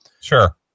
Sure